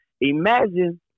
Imagine